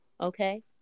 okay